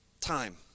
Time